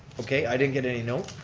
okay i didn't get any note.